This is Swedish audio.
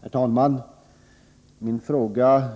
Herr talman! Jag ställde min fråga